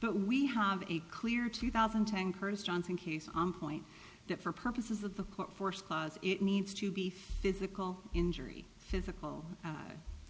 but we have a clear two thousand tankers johnson case on point that for purposes of the court force clause it needs to be physical injury physical